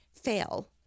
fail